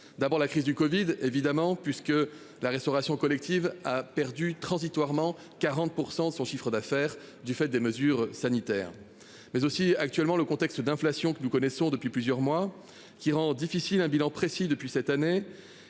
D'abord la crise du Covid. Évidemment puisque la restauration collective a perdu transitoirement 40% de son chiffre d'affaires du fait des mesures sanitaires mais aussi actuellement le contexte d'inflation que nous connaissons depuis plusieurs mois, qui rend difficile un bilan précis depuis cette année